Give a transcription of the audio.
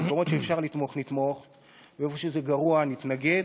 במקומות שאפשר לתמוך נתמוך, ואיפה שזה גרוע נתנגד.